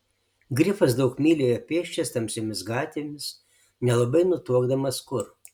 grifas daug mylių ėjo pėsčias tamsiomis gatvėmis nelabai nutuokdamas kur